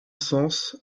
sens